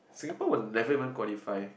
Singapore will never even qualify